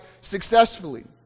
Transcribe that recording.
successfully